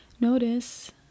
notice